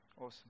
Awesome